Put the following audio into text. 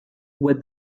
with